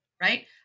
Right